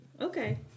Okay